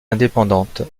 indépendante